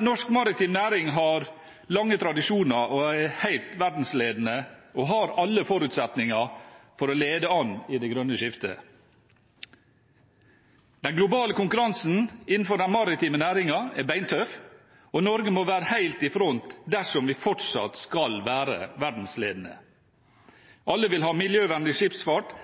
Norsk maritim næring har lange tradisjoner, er helt verdensledende og har alle forutsetninger for å lede an i det grønne skiftet. Den globale konkurransen innenfor den maritime næringen er beintøff, og Norge må være helt i front dersom vi fortsatt skal være verdensledende. Alle vil ha miljøvennlig skipsfart,